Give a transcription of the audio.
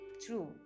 true